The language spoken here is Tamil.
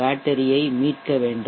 பேட்டரி மீட்க வேண்டும்